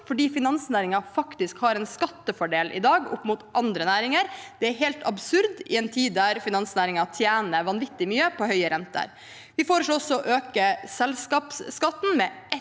fordi finansnæringen faktisk har en skattefordel i dag opp mot andre næringer. Det er helt absurd i en tid der finansnæringen tjener vanvittig mye på høye renter. Vi foreslår også å øke selskapsskatten med